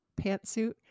pantsuit